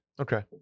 Okay